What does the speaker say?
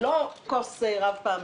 היא לא כוס רב-פעמית,